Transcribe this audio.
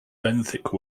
benthic